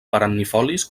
perennifolis